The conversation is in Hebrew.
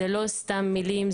אלה לא סתם מילים,